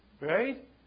Right